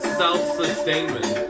self-sustainment